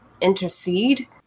intercede